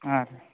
ಹಾಂ